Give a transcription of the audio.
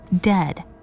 dead